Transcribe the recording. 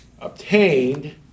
Obtained